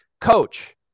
coach